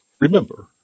Remember